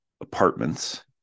apartments